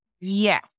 Yes